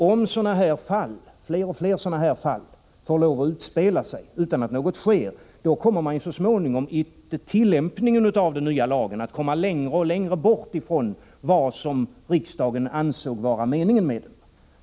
Om fler och fler sådana här fall får lov att utspelas utan att något sker, kommer man så småningom vid tillämpningen av den nya lagen längre och längre bort från det som riksdagen avsåg skulle åstadkommas med lagen.